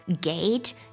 gate